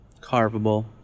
carvable